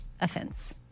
offense